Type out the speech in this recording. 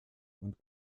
und